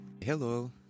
Hello